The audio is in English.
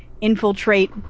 Infiltrate